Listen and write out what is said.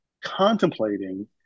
contemplating